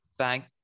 thank